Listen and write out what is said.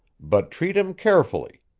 but treat him carefully.